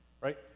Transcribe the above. right